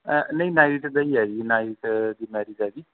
ਨਹੀਂ ਨਾਈਟ ਦਾ ਹੀ ਹੈ ਜੀ ਨਾਈਟ ਦੀ ਮੈਰਿਜ ਹੈ ਜੀ